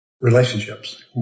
Relationships